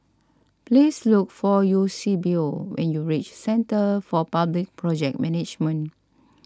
please look for Eusebio when you reach Centre for Public Project Management